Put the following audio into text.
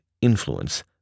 Influence